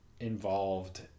involved